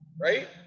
right